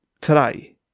today